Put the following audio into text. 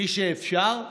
מי שאפשר,